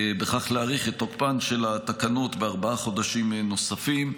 ובכך להאריך את תוקפת של התקנות בארבעה חודשים נוספים,